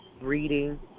reading